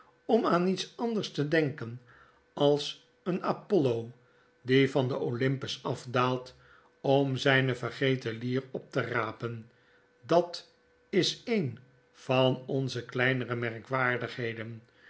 om aan iets anders te denken als een apollo die van den olympus afdaalt om zijne vergeten lier op te rapen dat is een van onze kleinere merkwaardigheden